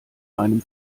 einem